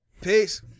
Peace